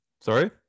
Sorry